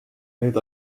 need